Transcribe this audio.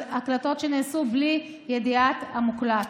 אבל אלה הקלטות שנעשו בלי ידיעת המוקלט.